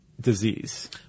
disease